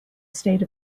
state